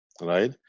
right